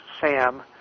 Sam